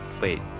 Wait